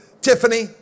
Tiffany